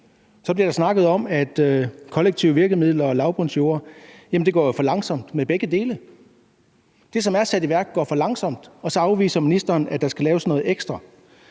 Så bliver der snakket om kollektive virkemidler og lavbundsjorde. Ja, men det går jo for langsomt med begge dele. Det, som er sat i værk, går for langsomt, og så afviser ministeren, at der skal laves noget ekstra.